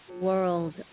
world